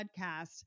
podcast